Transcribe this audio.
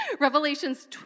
Revelations